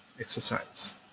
exercise